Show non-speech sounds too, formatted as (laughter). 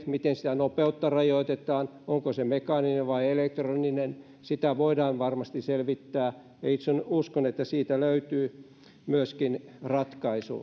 miten sitä nopeutta rajoitetaan ovatko ne mekaanisia vai elektronisia sitä voidaan varmasti selvittää itse uskon että myöskin siitä löytyy ratkaisu (unintelligible)